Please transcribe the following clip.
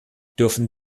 dürfen